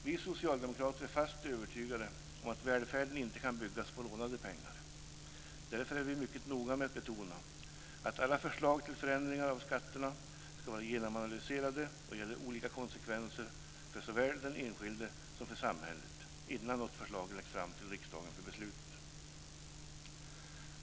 Vi socialdemokrater är fast övertygade om att välfärden inte kan byggas på lånade pengar. Därför är vi mycket noga med att betona att alla förslag till förändringar av skatterna ska vara genomanalyserade - det gäller konsekvenserna såväl för den enskilde som för samhället - innan något förslag läggs fram för riksdagen för beslut.